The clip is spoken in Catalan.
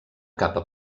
capa